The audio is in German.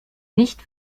nicht